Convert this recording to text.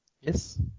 Yes